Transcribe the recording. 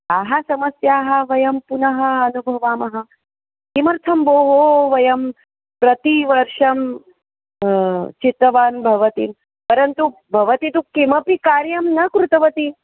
ताः समस्याः वयं पुनः अनुभवामः किमर्थं भोः वयं प्रतिवर्षं चितवन्तः भवतीं परन्तु भवती तु किमपि कार्यं न कृतवती